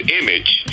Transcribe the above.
image